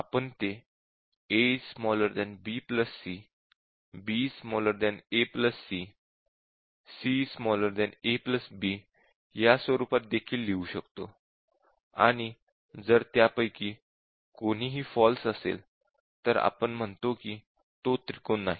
आपण ते a b c b a c c a b या स्वरूपात देखील लिहू शकतो आणि जर त्यापैकी कोणीही फाल्स असेल तर आपण म्हणतो की तो त्रिकोण नाही